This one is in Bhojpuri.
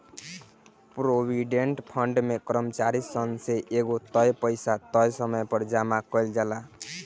प्रोविडेंट फंड में कर्मचारी सन से एगो तय पइसा तय समय पर जामा कईल जाला